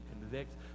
convict